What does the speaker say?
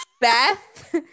Beth